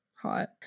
hot